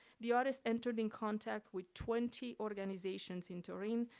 the artist entered in contact with twenty organizations in turin,